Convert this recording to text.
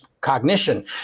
cognition